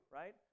right